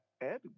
Ed